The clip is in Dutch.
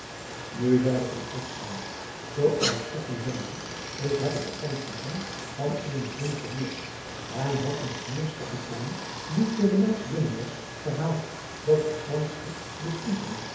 u zeide zoo als ik u zeide ik heb het te msterdam van een vriend gehoord em had een mirnsch apitein die voor de aas binnen was verhaald dat het s ands chip de riton